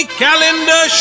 calendar